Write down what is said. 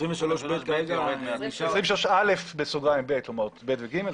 בעידן הזה בו אנחנו נמצאים,